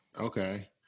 Okay